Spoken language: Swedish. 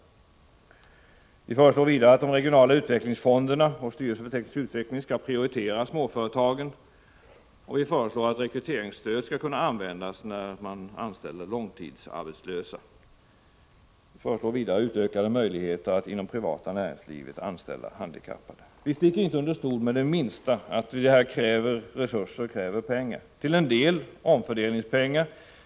Vidare föreslår vi att de regionala utvecklingsfonderna och styrelsen för teknisk utveckling skall prioritera småföretagen. Vi föreslår att rekryteringsstödet skall kunna användas när man anställer långtidsarbetslösa. Dessutom föreslår vi utökade möjligheter att anställa handikappade inom det privata näringslivet. Vi sticker inte det minsta under stol med att detta kräver pengar, till en del omfördelningspengar.